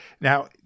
Now